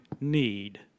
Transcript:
need